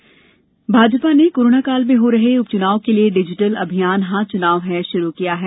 चुनाव प्रचार भाजपा ने कोरोना काल में हो रहे उपच्नाव के लिए डिजिटल अभियान हॉ चुनाव है शुरू किया है